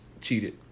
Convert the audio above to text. Cheated